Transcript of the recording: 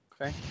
okay